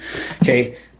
Okay